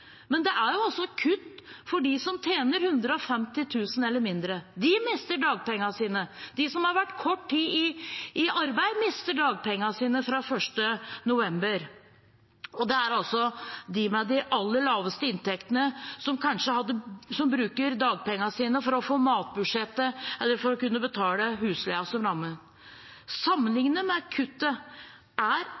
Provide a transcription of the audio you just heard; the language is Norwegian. Men det er også kutt for dem som tjener 150 000 kr eller mindre. De mister dagpengene sine. De som har vært kort tid i arbeid, mister dagpengene sine fra 1. november. Det er også de med de aller laveste inntektene som kanskje bruker dagpengene sine for å få matbudsjettet til å gå opp eller for å kunne betale husleien, som